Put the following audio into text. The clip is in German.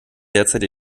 derzeit